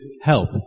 help